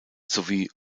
sowie